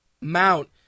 mount